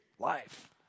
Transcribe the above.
Life